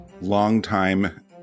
Longtime